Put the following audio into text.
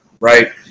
right